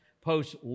post